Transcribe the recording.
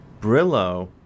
Brillo